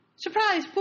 Surprise